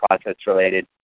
process-related